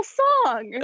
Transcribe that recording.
song